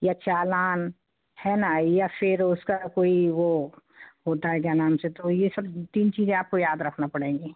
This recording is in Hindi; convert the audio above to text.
या चालान है ना या फिर उसका कोई वो होता है क्या नाम से तो ये सब तीन चीज़े आपको याद रखना पड़ेंगी